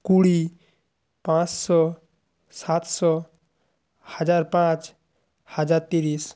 কুড়ি পাঁচশো সাতশো হাজার পাঁচ হাজার তিরিশ